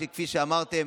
כפי שאמרתם,